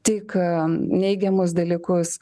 tik neigiamus dalykus